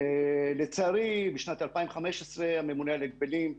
לצערי, משנת 2015 הממונה על ההגבלים,